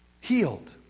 healed